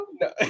No